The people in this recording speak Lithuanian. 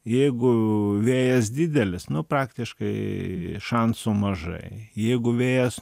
jeigu vėjas didelis nu praktiškai šansų mažai jeigu vėjas